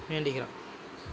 வேண்டிக்கிறேன்